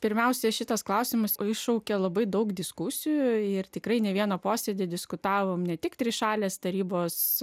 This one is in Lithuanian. pirmiausia šitas klausimas o iššaukė labai daug diskusijų ir tikrai ne vieną posėdį diskutavom ne tik trišalės tarybos